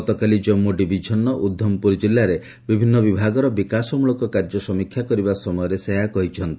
ଗତକାଲି ଜାମ୍ଗୁ ଡିଭିଜନର ଉଧମପୁର କ୍କିଲ୍ଲାରେ ବିଭିନ୍ନ ବିଭାଗର ବିକାଶମୂଳକ କାର୍ଯ୍ୟ ସମୀକ୍ଷା କରିବା ସମୟରେ ସେ ଏହା କହିଛନ୍ତି